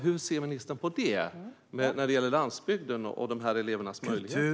Hur ser ministern på det, när det gäller landsbygden och dessa elevers möjligheter?